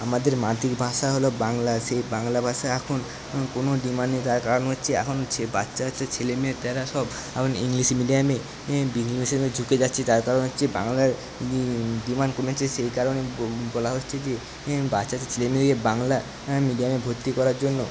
আমাদের মাতৃভাষা হলো বাংলা সেই বাংলা ভাষা এখন কোনো ডিম্যান্ড নেই তার কারণ হচ্ছে এখন হচ্ছে বাচ্ছা বাচ্ছা ছেলেমেয়ে তারা সব এখন ইংলিশ মিডিয়ামে যাচ্ছে তার কারণ হচ্ছে বাংলায় ডিম্যান্ড কমেছে সেই কারণে বলা হচ্ছে যে বাচ্ছা ছেলে মেয়েদের বাংলা মিডিয়ামে ভর্তি করার জন্য